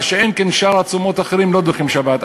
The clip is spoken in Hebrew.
מה שאין כן הצומות האחרים, לא דוחים שבת.